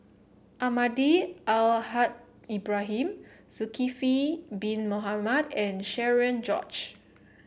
Almahdi Al Haj Ibrahim Zulkifli Bin Mohamed and Cherian George